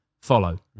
follow